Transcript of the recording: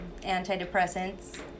antidepressants